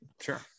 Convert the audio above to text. Sure